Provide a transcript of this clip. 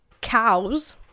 cows